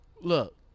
Look